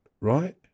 right